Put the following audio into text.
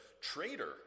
traitor